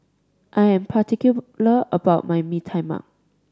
I am particular about my Mee Tai Mak